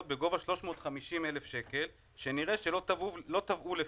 בגובה 350,000 שקלים שנראה שלא תבעו לפיו,